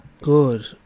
good